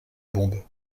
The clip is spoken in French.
bombe